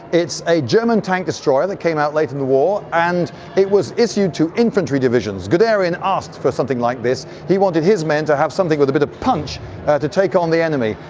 it's a german tank destroyer that came out late in the war and it was issued to infantry divisions. guderian asked for something like this, he wanted his men to have something with a bit of punch to take on the enemy.